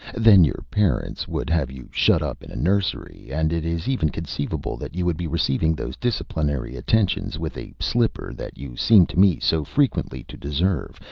then your parents would have you shut up in a nursery, and it is even conceivable that you would be receiving those disciplinary attentions with a slipper that you seem to me so frequently to deserve,